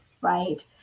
right